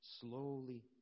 slowly